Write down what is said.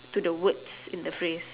to the words in the phrase